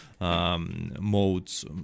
Modes